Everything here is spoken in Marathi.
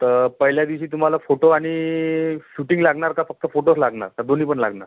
तर पहिल्या दिवशी तुम्हाला फोटो आणि शूटिंग लागणार का फक्त फोटोच लागणार का दोन्ही पण लागणार